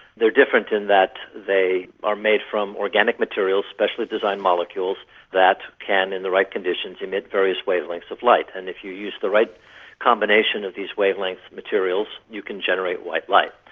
they are different in that they are made from organic materials, specially designed molecules that can in the right conditions emit various wavelengths of light. and if you use the right combination of these wavelength materials you can generate white light.